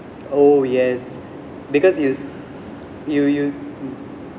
oh yes because it's you you